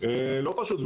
לא פשוט,